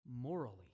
morally